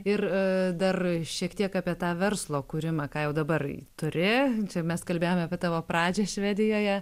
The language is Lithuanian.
ir dar šiek tiek apie tą verslo kūrimą ką jau dabar turi čia mes kalbėjome apie tavo pradžią švedijoje